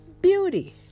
Beauty